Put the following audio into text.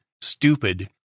stupid